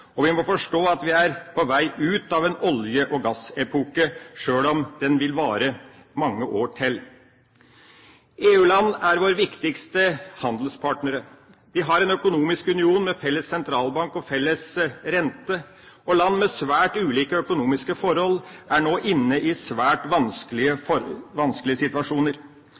og vi må forstå at vi er på vei ut av en olje- og gassepoke, sjøl om den vil vare mange år til. EU-land er våre viktigste handelspartnere. Vi har en økonomisk union med felles sentralbank og felles rente, og land med svært ulike økonomiske forhold er nå inne i svært vanskelige situasjoner.